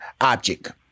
object